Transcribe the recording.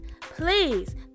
please